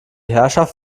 herrschaft